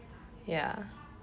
ya